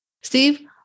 Steve-